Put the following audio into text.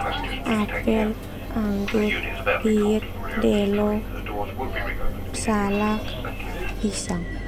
Apel, anggur, pir, delo, salak, pisang.